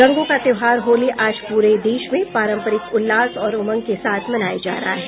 रंगों का त्योहार होली आज पूरे देश में पारंपरिक उल्लास और उमंग के साथ मनाया जा रहा है